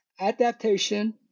Adaptation